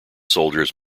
soldiers